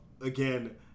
Again